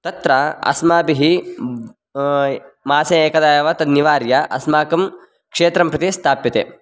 तत्र अस्माभिः मासे एकदा एव तत् निवार्य अस्माकं क्षेत्रं प्रति स्थाप्यते